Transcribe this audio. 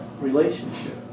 relationship